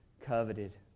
coveted